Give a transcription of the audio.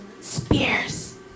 spears